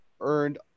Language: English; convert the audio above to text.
earned